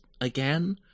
again